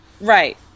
Right